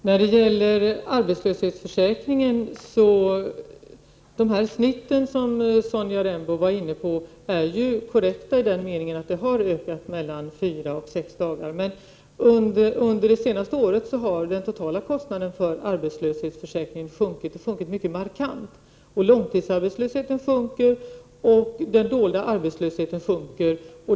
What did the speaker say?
Fru talman! De genomsnittssiffror när det gäller arbetslöshetsförsäkringen som Sonja Rembo var inne på är korrekta i den meningen att antalet ersättningsdagar har ökat från fyra till sex dagar. Under det senaste året har emellertid den totala kostnaden för arbetslöshetsförsäkringen sjunkit mycket markant. Långtidsarbetslösheten sjunker. Den dolda arbetslösheten sjunker.